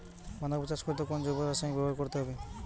বাঁধাকপি চাষ করতে কোন জৈব রাসায়নিক ব্যবহার করতে হবে?